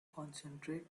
concentrate